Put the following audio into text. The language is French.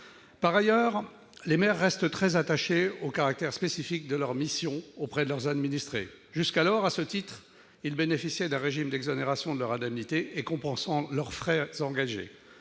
Par ailleurs, les maires restent très attachés au caractère spécifique de leur mission auprès de leurs administrés. Jusqu'alors, à ce titre, ils bénéficiaient d'un régime d'exonération de leurs indemnités et compensant leurs frais engagés,